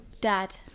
dad